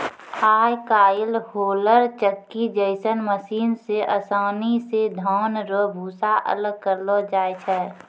आय काइल होलर चक्की जैसन मशीन से आसानी से धान रो भूसा अलग करलो जाय छै